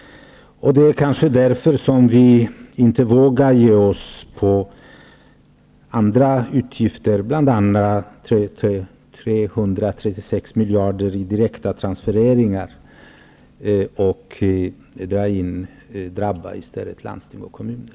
Det är kanske därför vi inte vågar ge oss på andra utgifter, bl.a. 336 miljarder i direkta transfereringar. Indragningarna drabbar därför i stället landsting och kommuner.